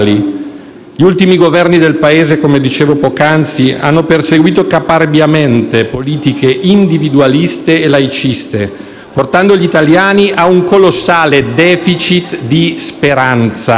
Gli ultimi Governi del Paese, come dicevo poc'anzi, hanno perseguito caparbiamente politiche individualiste e laiciste, portando gli italiani a un colossale *deficit* di speranza.